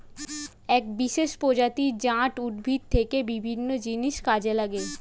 এক বিশেষ প্রজাতি জাট উদ্ভিদ থেকে বিভিন্ন জিনিস কাজে লাগে